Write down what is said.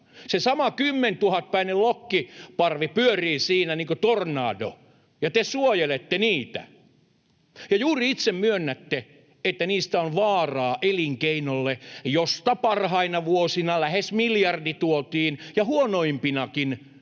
Se sama kymmentuhatpäinen lokkiparvi pyörii siinä niin kuin tornado, ja te suojelette niitä, ja juuri itse myönnätte, että niistä on vaaraa elinkeinolle, josta parhaina vuosina tuotiin suomalaiseen